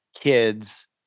kids